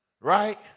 Right